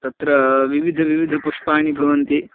तत्रा विविधविधपुष्पाणि भवन्ति